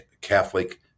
Catholic